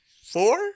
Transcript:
Four